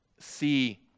see